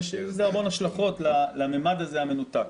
ויש לזה המון השלכות לממד המנותק.